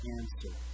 answer